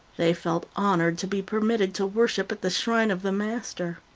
they felt honored to be permitted to worship at the shrine of the master.